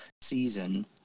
season